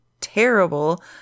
terrible